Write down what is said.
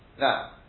Now